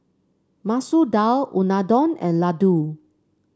Masoor Dal Unadon and Ladoo